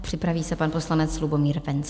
Připraví se pan poslanec Lubomír Wenzl.